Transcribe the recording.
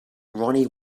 ronnie